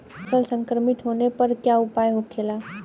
फसल संक्रमित होने पर क्या उपाय होखेला?